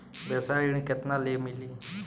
व्यवसाय ऋण केतना ले मिली?